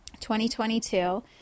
2022